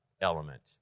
element